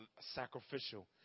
sacrificial